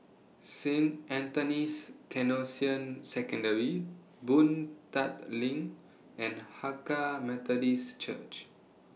Saint Anthony's Canossian Secondary Boon Tat LINK and Hakka Methodist Church